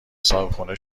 صاحبخونه